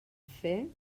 fer